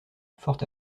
fort